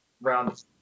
round